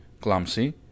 clumsy